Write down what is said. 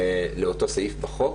לאותו סעיף בחוק